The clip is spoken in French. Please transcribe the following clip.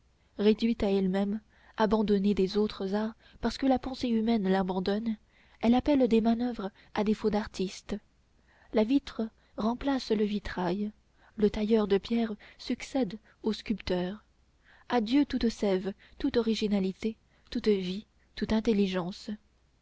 réduite à elle-même abandonnée des autres arts parce que la pensée humaine l'abandonne elle appelle des manoeuvres à défaut d'artistes la vitre remplace le vitrail le tailleur de pierre succède au sculpteur adieu toute sève toute originalité toute vie toute intelligence